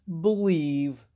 believe